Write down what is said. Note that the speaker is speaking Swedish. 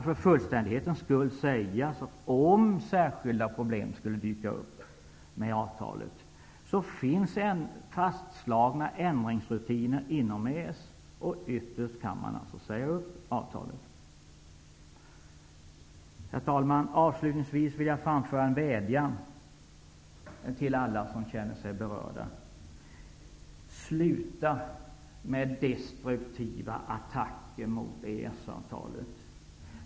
För fullständighetens skull bör kanske nämnas att om särskilda problem med avtalet skulle dyka upp, så finns fastlagda ändringsrutiner inom EES. Man kan ytterst säga upp avtalet. Herr talman! Avslutningsvis vill jag framföra en vädjan till alla som känner sig berörda: Sluta med destruktiva attacker mot EES-avtalet.